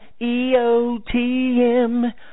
EOTM